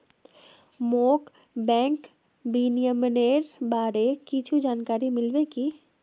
मोक बैंक विनियमनेर बारे कुछु जानकारी मिल्बे की